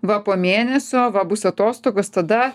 va po mėnesio bus atostogos tada